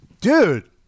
dude